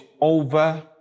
over